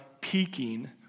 peaking